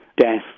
death